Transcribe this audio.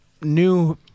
new